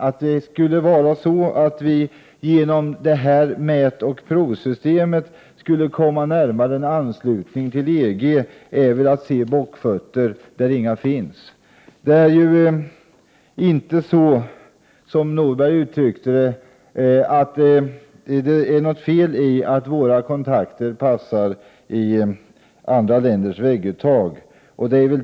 Att tro att Sverige genom detta mätoch provsystem skulle komma närmare en anslutning till EG är att se bockfötter där inga finns. Det är inte något fel, som Norberg uttryckte det, i att svenska kontakter passar i andra länders vägguttag.